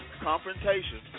confrontation